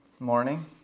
morning